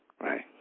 right